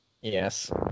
Yes